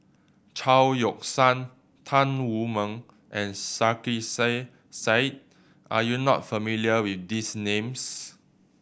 Chao Yoke San Tan Wu Meng and Sarkasi Said are you not familiar with these names